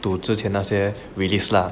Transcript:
to 之前那些 released lah